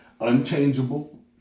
unchangeable